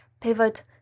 pivot